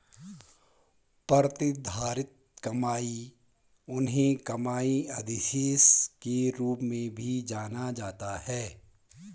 प्रतिधारित कमाई उन्हें कमाई अधिशेष के रूप में भी जाना जाता है